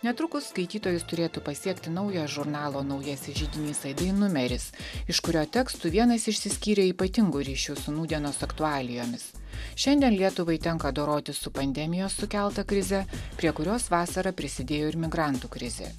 netrukus skaitytojus turėtų pasiekti naujas žurnalo naujasis židinys aidai numeris iš kurio tekstų vienas išsiskyrė ypatingu ryšiu su nūdienos aktualijomis šiandien lietuvai tenka dorotis su pandemijos sukelta krize prie kurios vasarą prisidėjo ir migrantų krizė